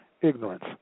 ignorance